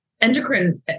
endocrine